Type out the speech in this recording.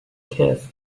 kids